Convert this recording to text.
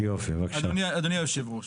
אדוני היושב ראש,